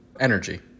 Energy